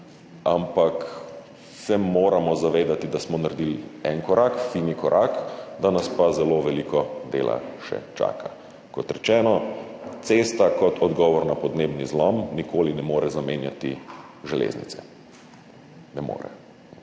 ampak se moramo zavedati, da smo naredili en korak, fini korak, da nas pa zelo veliko dela še čaka. Kot rečeno, cesta kot odgovor na podnebni zlom nikoli ne more zamenjati železnice, ne more.